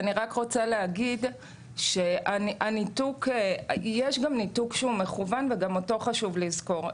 אני רק רוצה להגיד שיש ניתוק מכוון וגם אותו חשוב לזכור.